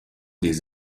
des